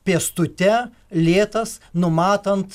pėstute lėtas numatant